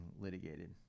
litigated